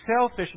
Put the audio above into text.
selfish